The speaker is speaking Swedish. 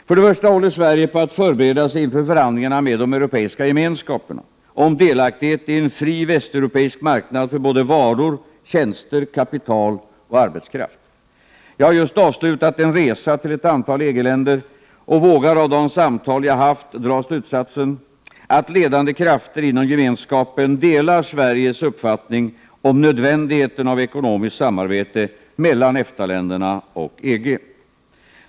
För det första håller Sverige på att förbereda sig inför förhandlingarna med EG om delaktighet i en fri västeuropeisk marknad för varor, tjänster, kapital och arbetskraft. Jag har just avslutat en resa till ett antal EG-länder och vågar av de samtal jag har haft dra slutsatsen att ledande krafter inom Gemenskapen delar Sveriges uppfattning om nödvändigheten av ekonomiskt samarbete mellan EFTA-länderna och EG.